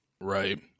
Right